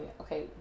Okay